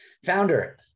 Founder